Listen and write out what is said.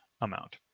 amount